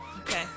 Okay